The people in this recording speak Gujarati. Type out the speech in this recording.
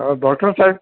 હા ડૉક્ટર સાહેબ